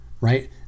right